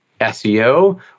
SEO